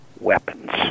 weapons